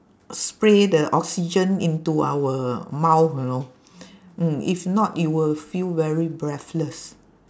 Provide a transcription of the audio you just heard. spray the oxygen into our mouth you know mm if not you will feel very breathless